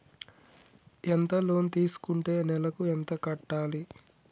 ఎంత లోన్ తీసుకుంటే నెలకు ఎంత కట్టాలి?